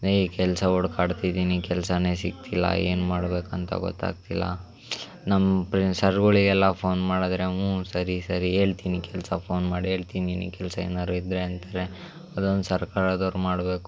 ಏಯ್ ಕೆಲಸ ಹುಡುಕಾಡ್ತಿದೀನಿ ಕೆಲಸನೇ ಸಿಗ್ತಿಲ್ಲ ಏನು ಮಾಡಬೇಕಂತ ಗೊತ್ತಾಗ್ತಿಲ್ಲ ನಮ್ಮ ಪ್ರಿ ಸರ್ಗಳಿಗೆಲ್ಲ ಫೋನ್ ಮಾಡಿದ್ರೆ ಹ್ಞೂಂ ಸರಿ ಸರಿ ಹೇಳ್ತೀನಿ ಕೆಲಸ ಫೋನ್ ಮಾಡಿ ಹೇಳ್ತೀನಿ ನಿನಿಗೆ ಕೆಲಸ ಏನಾದ್ರು ಇದ್ದರೆ ಅಂತಾರೆ ಅದೊಂದು ಸರ್ಕಾರದವ್ರು ಮಾಡಬೇಕು